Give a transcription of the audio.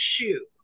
shoe